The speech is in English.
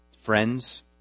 friends